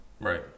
Right